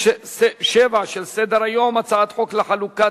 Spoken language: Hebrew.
15 בעד,